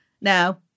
now